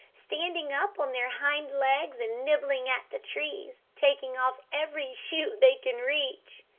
standing up on their hind legs and nibbling at the trees, taking off every shoot they can reach.